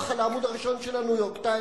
על העמוד הראשון של ה"ניו-יורק טיימס".